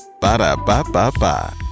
Ba-da-ba-ba-ba